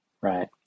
right